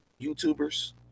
YouTubers